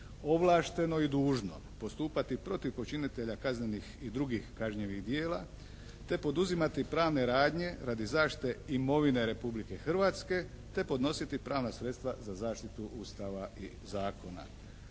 ovlašteno i dužno postupati protiv počinitelja kaznenih i drugih kažnjivih djela te poduzimati pravne radnje radi zaštite imovine Republike Hrvatske te podnositi pravna sredstva za zaštitu Ustava i zakona.